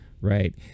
right